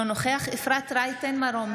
אינו נוכח אפרת רייטן מרום,